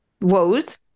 woes